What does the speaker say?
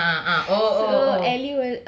ah ah oh oh oh